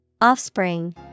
Offspring